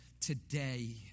today